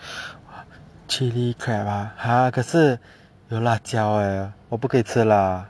chilli crab ah !huh! 可是有辣椒 eh 我不可以吃辣